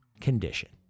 condition